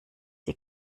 die